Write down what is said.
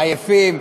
עייפים,